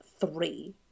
three